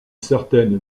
certaine